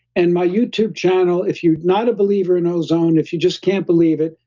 and my youtube channel, if you're not a believer in ozone, if you just can't believe it,